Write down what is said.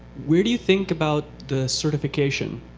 where do you think about the certification?